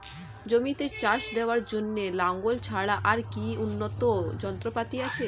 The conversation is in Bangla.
জমিতে চাষ দেওয়ার জন্য লাঙ্গল ছাড়া আর কি উন্নত যন্ত্রপাতি আছে?